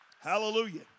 Hallelujah